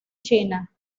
china